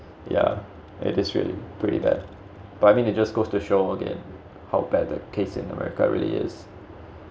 yeah it is really pretty bad but I mean it just goes to show again how bad the case in america really is